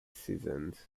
seasons